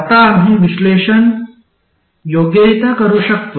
आता आम्ही विश्लेषण योग्यरित्या करू शकतो